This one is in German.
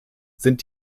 sind